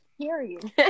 Period